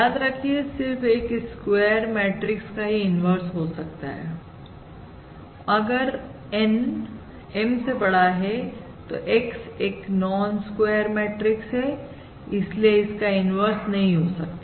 याद रखिए सिर्फ एक स्क्वेयर मैट्रिक्स का ही इन्वर्स हो सकता है अगर N M से बड़ा है तो X एक नॉन स्क्वायर मैट्रिक्स है इसलिए इसका इन्वर्स नहीं हो सकता